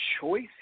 choice